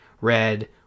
Red